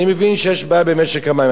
אני מבין שיש בעיה במשק המים,